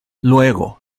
luego